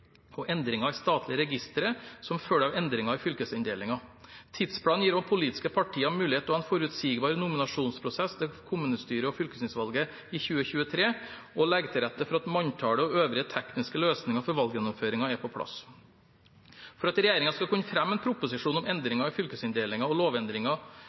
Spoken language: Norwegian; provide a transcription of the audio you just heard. og endringer i statlige registre som følge av endringer i fylkesinndelingen. Tidsplanen gir også politiske partier mulighet til å ha en forutsigbar nominasjonsprosess til kommunestyre- og fylkestingsvalget i 2023 og legger til rette for at manntallet og øvrige tekniske løsninger for valggjennomføringen er på plass. For at regjeringen skal kunne fremme en proposisjon om endringer i fylkesinndelingen og